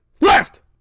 left